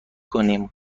کنیم